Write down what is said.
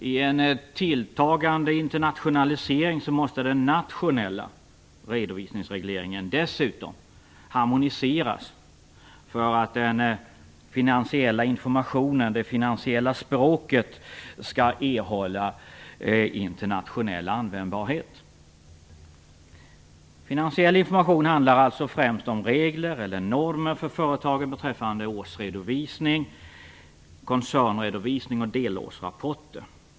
I en tilltagande internationalisering måste den nationella redovisningsregleringen dessutom harmoniseras för att den finansiella informationen, det finansiella språket, skall erhålla internationell användbarhet. Finansiell information handlar alltså främst om regler eller normer för företagen beträffande årsredovisning, koncernredovisning och delårsrapporter.